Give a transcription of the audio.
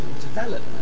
development